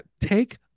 take